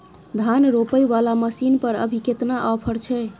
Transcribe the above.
धान रोपय वाला मसीन पर अभी केतना ऑफर छै?